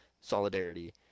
solidarity